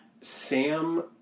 Sam